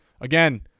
again